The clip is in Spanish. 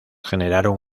generaron